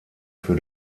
für